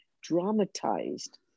dramatized